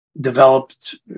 developed